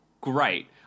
great